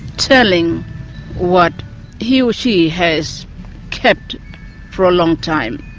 telling what he or she has kept for a long time,